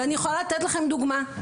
ואני יכולה לתת לכם דוגמא,